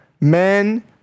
men